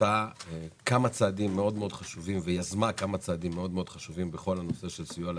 עשתה ויזמה כמה צעדים מאוד מאוד חשובים בכל הנושא של סיוע לעסקים,